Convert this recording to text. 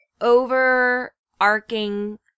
overarching